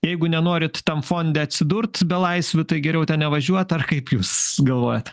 jeigu nenorit tam fonde atsidurt belaisvių tai geriau ten nevažiuot ar kaip jūs galvojat